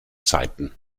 zeiten